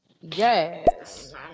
yes